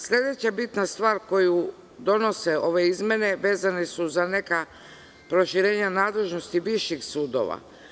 Sledeća bitna stvar koju donose ove izmene, vezano su za neka proširenja nadležnosti viših sudova.